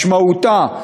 משמעותה,